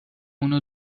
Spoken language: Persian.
اونو